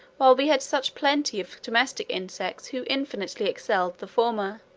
while we had such plenty of domestic insects who infinitely excelled the former,